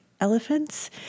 elephants